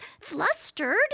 flustered